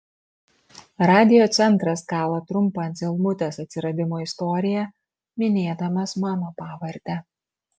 radiocentras kala trumpą anzelmutės atsiradimo istoriją minėdamas mano pavardę